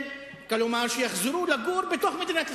כלומר, שיחזרו לגור בתוך מדינת ישראל,